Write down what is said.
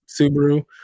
Subaru